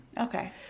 Okay